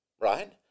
right